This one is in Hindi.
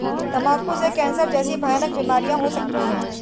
तंबाकू से कैंसर जैसी भयानक बीमारियां हो सकती है